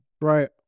Right